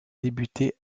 débuter